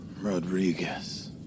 Rodriguez